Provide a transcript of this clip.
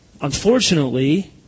Unfortunately